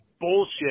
bullshit